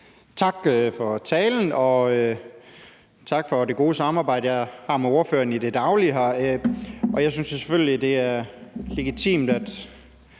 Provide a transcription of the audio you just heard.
Tak for talen, og tak for det gode samarbejde, jeg har med ordføreren i det daglige. Jeg synes selvfølgelig, det er legitimt, at